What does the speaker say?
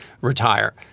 retire